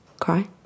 cry